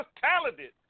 talented